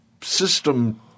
system